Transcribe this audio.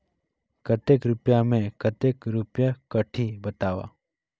कतेक रुपिया मे कतेक रुपिया कटही बताव?